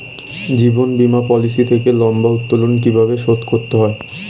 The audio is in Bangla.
জীবন বীমা পলিসি থেকে লম্বা উত্তোলন কিভাবে শোধ করতে হয়?